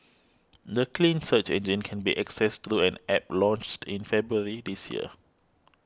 the clean search engine can be accessed through an App launched in February this year